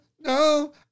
No